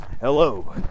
Hello